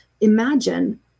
imagine